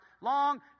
long